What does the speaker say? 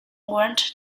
warrant